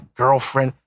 girlfriend